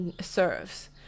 serves